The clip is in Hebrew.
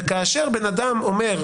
וכאשר בן אדם אומר: